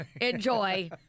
Enjoy